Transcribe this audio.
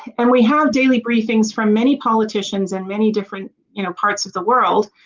and we have daily briefings from many politicians in many different you know parts of the world